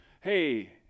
hey